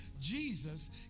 Jesus